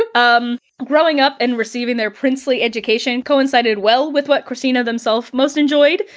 ah um growing up and receiving their princely education coincided well with what kristina themself most enjoyed.